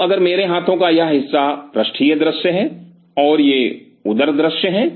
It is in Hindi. तो अगर मेरे हाथों का यह हिस्सा पृष्ठीय दृश्य है और ये उदर दृश्य हैं